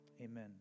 amen